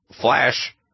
Flash